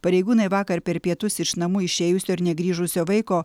pareigūnai vakar per pietus iš namų išėjusio ir negrįžusio vaiko